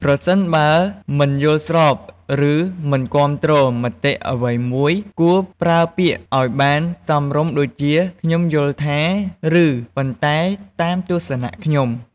ប្រសិនបើមិនយល់ស្របឬមិនគាំទ្រមតិអ្វីមួយគួរប្រើពាក្យឲ្យបានសមរម្យដូចជា "ខ្ញុំយល់ថា" ឬ "ប៉ុន្តែតាមទស្សនៈខ្ញុំ" ។